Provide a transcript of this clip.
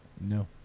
No